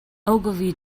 ogilvy